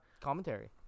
commentary